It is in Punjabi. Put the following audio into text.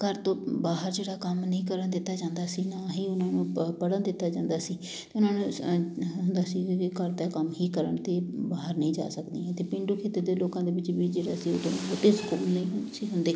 ਘਰ ਤੋਂ ਬਾਹਰ ਜਿਹੜਾ ਕੰਮ ਨਹੀਂ ਕਰਨ ਦਿੱਤਾ ਜਾਂਦਾ ਸੀ ਨਾ ਹੀ ਉਹਨਾਂ ਨੂੰ ਪ ਪੜ੍ਹਨ ਦਿੱਤਾ ਜਾਂਦਾ ਸੀ ਉਹਨਾਂ ਨੂੰ ਹੁੰਦਾ ਸੀ ਕਿ ਵੀ ਘਰ ਦਾ ਕੰਮ ਹੀ ਕਰਨ ਅਤੇ ਬਾਹਰ ਨਹੀਂ ਜਾ ਸਕਦੀਆਂ ਅਤੇ ਪੇਂਡੂ ਖੇਤਰ ਦੇ ਲੋਕਾਂ ਦੇ ਵਿੱਚ ਵੀ ਜਿਹੜਾ ਸੀ ਅਤੇ ਸਕੂਲ ਨਹੀਂ ਹੁੰਦੇ ਸੀ ਹੁੰਦੇ